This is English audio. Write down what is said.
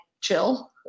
chill